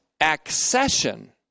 accession